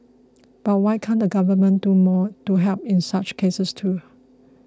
but why can't the government do more to help in such cases too